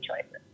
choices